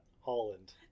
Holland